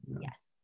yes